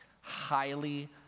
Highly